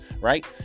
Right